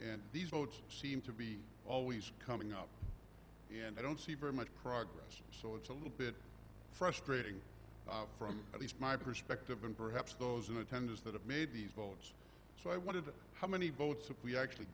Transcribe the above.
and these votes seem to be always coming up and i don't see very much progress so it's a little bit frustrating from at least my perspective and perhaps those in attendance that have made these votes so i wanted how many votes of we actually